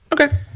Okay